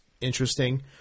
interesting